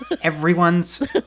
Everyone's